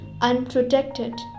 Unprotected